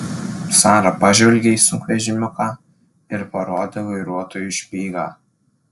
sara pažvelgė į sunkvežimiuką ir parodė vairuotojui špygą